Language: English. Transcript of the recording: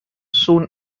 soon